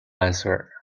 answer